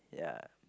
ya